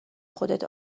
خودت